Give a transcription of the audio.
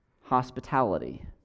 hospitality